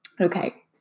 Okay